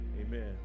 Amen